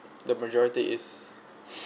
the majority is